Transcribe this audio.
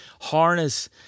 harness